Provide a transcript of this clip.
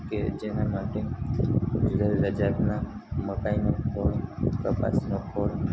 કે જેના માટે જુદા જુદા જાતના મકાઈનો ખોળ કપાસનો ખોળ